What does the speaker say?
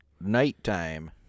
nighttime